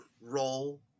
role